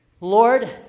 Lord